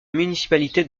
municipalité